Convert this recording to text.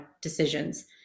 decisions